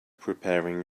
preparing